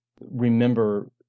remember